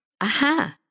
Aha